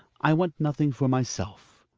i want nothing for myself.